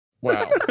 Wow